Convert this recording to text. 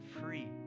free